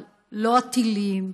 אבל לא הטילים,